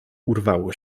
urwało